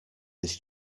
this